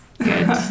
Good